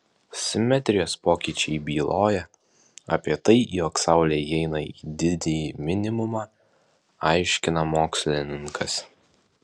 simetrijos pokyčiai byloja apie tai jog saulė įeina į didįjį minimumą aiškina mokslininkas